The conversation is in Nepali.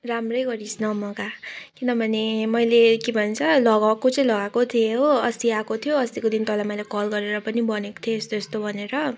राम्रै गरिस् नमगा किनभने मैले के भन्छ लगाएको चाहिँ लगाएको थिएँ हो अस्ति आएको थियो अस्तिको दिन तँलाई मैले कल गरेर पनि भनेको थिएँ यस्तो यस्तो भनेर